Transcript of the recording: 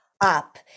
up